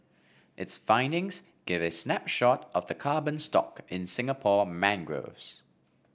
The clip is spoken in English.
its findings give a snapshot of the carbon stock in Singapore mangroves